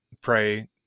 pray